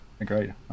Agreed